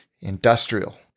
industrial